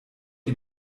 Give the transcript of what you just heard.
ihr